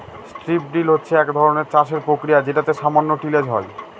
strip drill হচ্ছে এক ধরনের চাষের প্রক্রিয়া যেটাতে সামান্য টিলেজ হয়